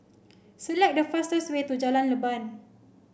select the fastest way to Jalan Leban